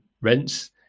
rents